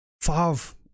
five